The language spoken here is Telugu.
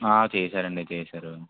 ఆ చేసారు అండి చేసారు